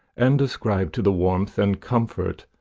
and ascribe to the warmth and comfort,